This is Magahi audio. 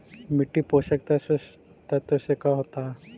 मिट्टी पोषक तत्त्व से का होता है?